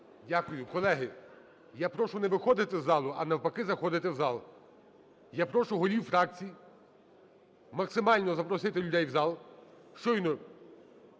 Дякую. Колеги, я прошу не виходити з залу, а, навпаки, заходити в зал. Я прошу голів фракцій максимально запросити людей в зал. Щойно